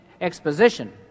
Exposition